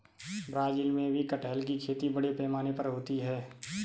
Brazil में भी कटहल की खेती बड़े पैमाने पर होती है